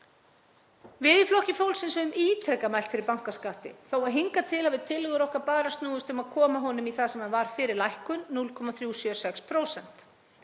Við í Flokki fólksins höfum ítrekað mælt fyrir bankaskatti, þó að hingað til hafi tillögur okkar bara snúist um að koma honum í það sem hann var fyrir lækkun, 0,376%.